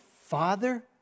father